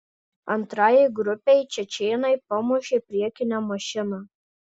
antrajai grupei čečėnai pamušė priekinę mašiną